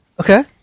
Okay